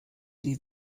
die